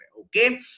okay